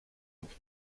aber